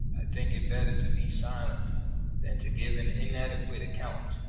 i think it better to be silent than to give an inadequate account,